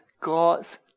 God's